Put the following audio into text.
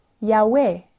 Yahweh